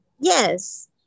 Yes